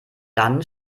dann